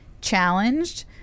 challenged